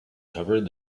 covered